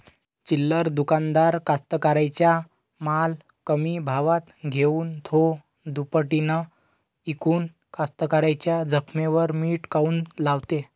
चिल्लर दुकानदार कास्तकाराइच्या माल कमी भावात घेऊन थो दुपटीनं इकून कास्तकाराइच्या जखमेवर मीठ काऊन लावते?